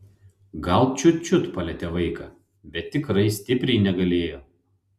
gal čiut čiut palietė vaiką bet tikrai stipriai negalėjo